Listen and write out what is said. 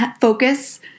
focus